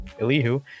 elihu